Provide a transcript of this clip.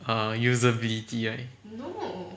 err usability right